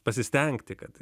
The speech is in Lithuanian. pasistengti kad